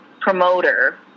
promoter